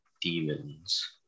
demons